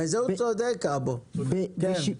בזה הוא צודק אבו, כן.